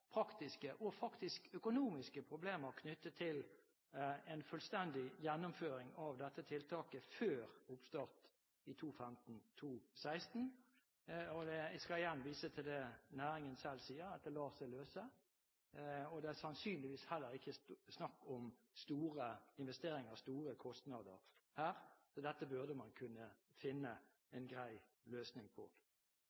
praktiske og – faktisk – økonomiske problemer knyttet til en fullstendig gjennomføring av dette tiltaket før oppstart i 2015/2016, og jeg vil igjen vise til det næringen selv sier, at det lar seg løse. Det er sannsynligvis heller ikke snakk om store investeringer/store kostnader her, så dette burde man kunne finne